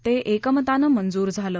ते एकमतानं मंजूर झालं